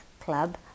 Club